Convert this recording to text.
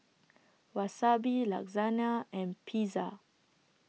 Wasabi Lasagne and Pizza